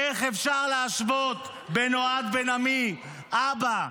איך אפשר להשוות בין אוהד בן עמי, אבא,